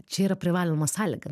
čia yra privaloma sąlyga